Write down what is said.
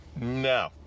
No